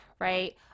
right